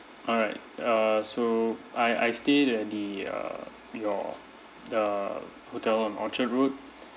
all right uh so I I stayed at the err your the hotel on orchard road